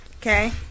Okay